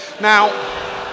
Now